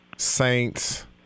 Saints